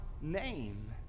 name